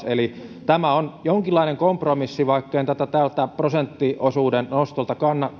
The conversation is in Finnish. eli tämä on jonkinlainen kompromissi vaikka en tätä tältä prosenttiosuuden noston osalta